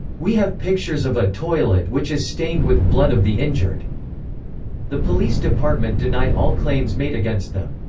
we have pictures of a toilet which is stained with blood of the injured the police department denied all claims made against them.